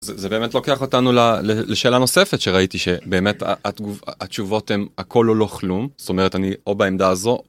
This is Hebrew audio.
זה באמת לוקח אותנו לשאלה נוספת שראיתי שבאמת התשובות הן הכל או לא כלום זאת אומרת אני או בעמדה הזו.